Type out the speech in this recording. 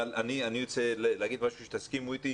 אבל אני רוצה להגיד משהו שתסכימו איתי,